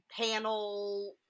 panel